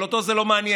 אבל אותו זה לא מעניין,